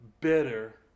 better